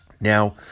Now